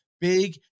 big